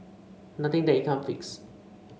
nothing that it can't fix